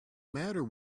matter